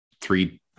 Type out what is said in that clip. three-